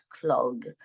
clog